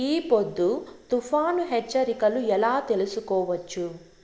ఈ పొద్దు తుఫాను హెచ్చరికలు ఎలా తెలుసుకోవచ్చు?